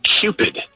cupid